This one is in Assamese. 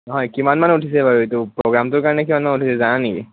নহয় কিমান মান উঠিছে বাৰু এইটো প্ৰগ্ৰামটোৰ কাৰণে কিমান উঠিছে জানা নেকি